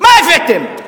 מה הבאתם?